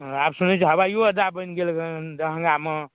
आब सुनैत छियै हवाइओ अड्डा बनि गेल हेँ दरभंगामे